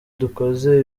dukoze